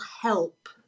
help